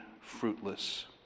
fruitless